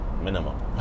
Minimum